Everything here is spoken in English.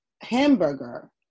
hamburger